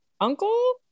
uncle